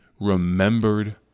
remembered